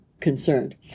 concerned